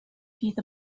fydd